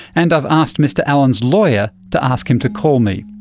and i've asked mr allan's lawyer to ask him to call me.